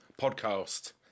podcast